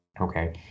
Okay